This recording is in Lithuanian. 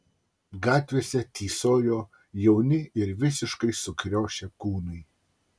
gatvėse tysojo jauni ir visiškai sukriošę kūnai